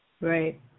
right